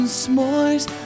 s'mores